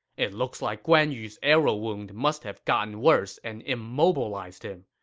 it looks like guan yu's arrow wound must have gotten worse and immobilized him.